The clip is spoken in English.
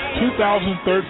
2013